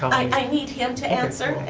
i need him to answer,